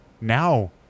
Now